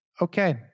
Okay